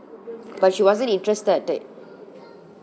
but she wasn't interested that